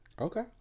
Okay